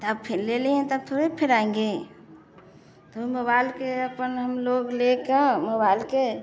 तब फिर ले लिए हैं तब थोड़े फिर आएंगे फिर मुबाइल के अपना हम लोग ले के मुबाइल के